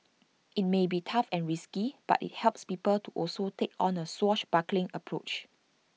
IT may be tough and risky but IT helps people to also take on A swashbuckling approach